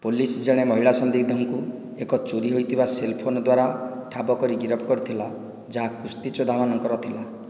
police ଜଣେ ମହିଳା ସନ୍ଦିଗ୍ଧଙ୍କୁ ଏକ ଚୋରି ହୋଇଥିବା ସେଲ୍ ଫୋନ୍ ଦ୍ଵାରା ଠାବ କରି ଗିରଫ କରିଥିଲା ଯାହା କୁସ୍ତିଯୋଦ୍ଧାମାନଙ୍କର ଥିଲା